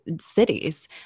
cities